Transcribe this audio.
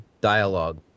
dialogue